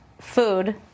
food